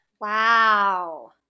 Wow